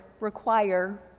require